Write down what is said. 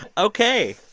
ok,